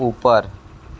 ऊपर